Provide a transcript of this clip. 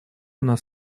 она